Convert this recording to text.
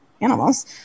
animals